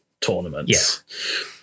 tournaments